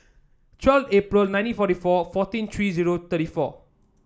twelve April nineteen forty four fourteen three zero thirty four